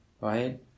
right